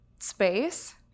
space